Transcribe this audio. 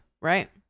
Right